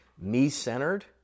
me-centered